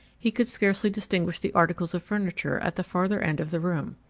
he could scarcely distinguish the articles of furniture at the further end of the room.